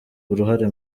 uruhare